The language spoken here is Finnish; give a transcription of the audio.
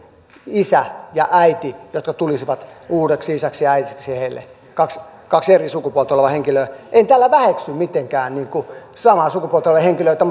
isä ja äiti jotka tulisivat uudeksi isäksi ja äidiksi heille kaksi kaksi eri sukupuolta olevaa henkilöä en tällä väheksy mitenkään samaa sukupuolta olevia henkilöitä